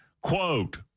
quote